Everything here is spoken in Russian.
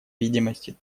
видимости